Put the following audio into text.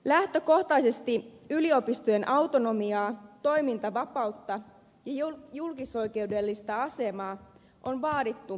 lähtökohtaisesti yliopistojen autonomiaa toimintavapautta ja julkisoikeudellista asemaa on vaadittu jo pitkään